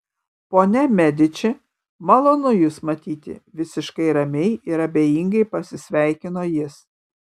ponia mediči malonu jus matyti visiškai ramiai ir abejingai pasisveikino jis